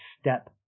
step